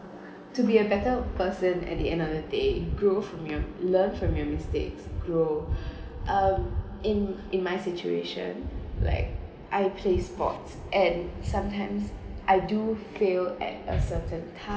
to be a better person at the end of the day grew from your learn from your mistakes grow um in in my situation like I play sports and sometimes I do fail at a certain